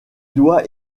doit